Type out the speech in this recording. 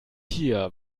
hier